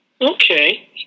Okay